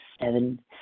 Seven